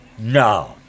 No